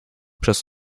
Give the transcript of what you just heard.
przez